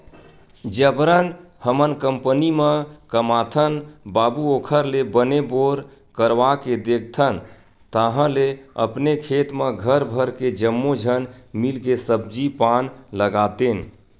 जबरन हमन कंपनी म कमाथन बाबू ओखर ले बने बोर करवाके देखथन ताहले अपने खेत म घर भर के जम्मो झन मिलके सब्जी पान लगातेन